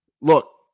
Look